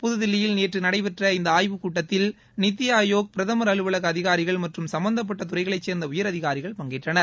புதுதில்லியில் நேற்று நடைபெற்ற இந்த ஆய்வுக்கூட்டத்தில் நித்தி ஆயோக் பிரதமர் அலுவலக அதிகாரிகள் மற்றும் சம்பந்தப்பட்ட துறைகளைச்சேர்ந்த உயரதிகாரிகள் பங்கேற்றனர்